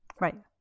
Right